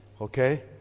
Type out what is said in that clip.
Okay